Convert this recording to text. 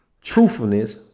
truthfulness